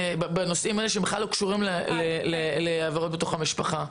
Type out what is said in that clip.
בנושאים האלה שבכלל לא קשורים לאלימות במשפחה.